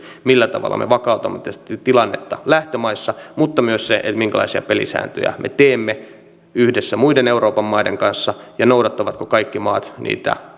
millä tavalla me vakautamme tietysti tilannetta lähtömaissa mutta myös se minkälaisia pelisääntöjä me teemme yhdessä muiden euroopan maiden kanssa ja noudattavatko kaikki maat niitä